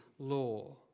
law